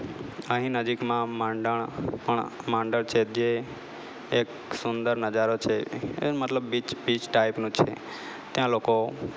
અહીં નજીકમાં માંડણ પણ માંડળ છે જે એક સુંદર નજારો છે એ મતલબ બીચ બીચ ટાઇપનું છે ત્યાં લોકો